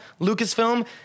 Lucasfilm